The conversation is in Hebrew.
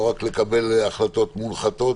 לא רק לקבל החלטות מונחתות,